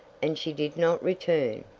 and she did not return.